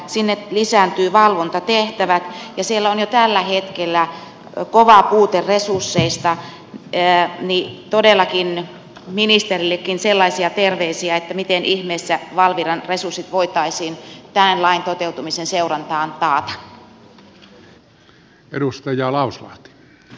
siellä lisääntyvät valvontatehtävät ja siellä on jo tällä hetkellä kova puute resursseista joten todellakin ministerillekin sellaisia terveisiä että miten ihmeessä valviran resurssit voitaisiin tämän lain toteutumisen seurantaan taata